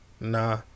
Nah